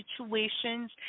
situations